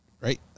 right